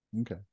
Okay